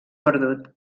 perdut